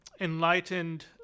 enlightened